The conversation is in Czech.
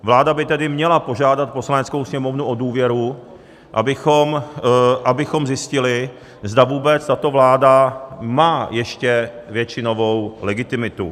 Vláda by tedy měla požádat Poslaneckou sněmovnu o důvěru, abychom zjistili, zda vůbec tato vláda má ještě většinovou legitimitu.